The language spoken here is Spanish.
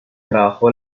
trabajó